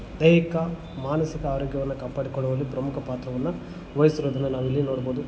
ದೈಹಿಕ ಮಾನಸಿಕ ಆರೋಗ್ಯವನ್ನು ಕಾಪಾಡಿಕೊಳ್ಳುವಲ್ಲಿ ಪ್ರಮುಖ ಪಾತ್ರವನ್ನು ವಹಿಸಿರೋದನ್ನ ನಾವಿಲ್ಲಿ ನೋಡ್ಬೋದು